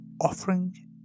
offering